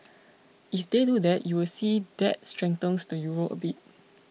if they do that you would see that strengthen the euro a bit